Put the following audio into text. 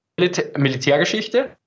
Militärgeschichte